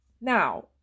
Now